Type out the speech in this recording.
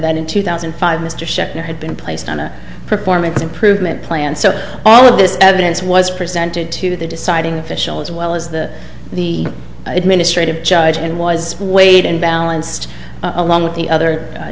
that in two thousand and five mr schechner had been placed on a performance improvement plan so all of this evidence was presented to the deciding official as well as the the administrative judge and was weighed and balanced along with the other